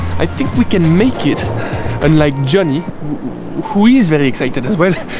i think we can make it and like johnny who is very excited as well?